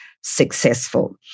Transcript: successful